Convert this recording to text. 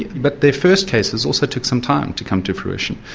but their first cases also took some time to come to fruition.